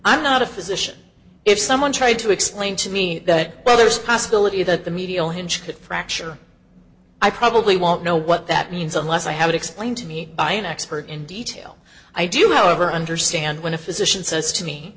i'm not a physician if someone tried to explain to me well there's a possibility that the medial hinge fracture i probably won't know what that means unless i have it explained to me by an expert in detail i do however understand when a physician says to me